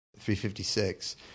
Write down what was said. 356